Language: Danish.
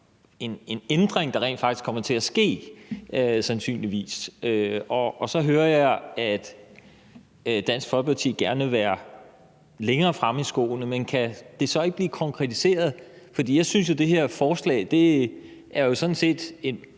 en ændring, der kommer til at ske, sandsynligvis, og så hører jeg, at Dansk Folkeparti gerne vil være længere fremme i skoene. Men kan det så ikke blive konkretiseret? For jeg synes jo, det her forslag sådan set er